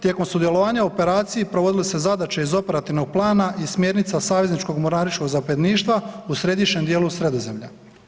Tijekom sudjelovanja u operaciji provodile su se zadaće iz operativnog plana i smjernica savezničko mornaričkog zapovjedništva u središnjem djelu Sredozemlja.